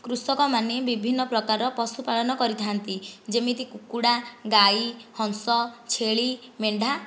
କୃଷକମାନେ ବିଭିନ୍ନ ପ୍ରକାରର ପଶୁ ପାଳନ କରିଥାନ୍ତି ଯେମିତି କୁକୁଡ଼ା ଗାଈ ହଂସ ଛେଳି ମେଣ୍ଢା